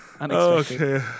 okay